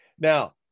now